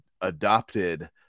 adopted